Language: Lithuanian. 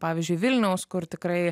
pavyzdžiui vilniaus kur tikrai